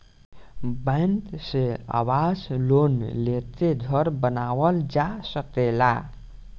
bank से आवास loan लेके घर बानावल जा सकेला